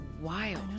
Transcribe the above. wild